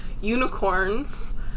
unicorns